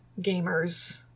gamers